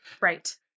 Right